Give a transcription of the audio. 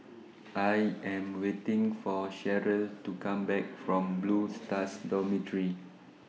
I Am waiting For Cheryl to Come Back from Blue Stars Dormitory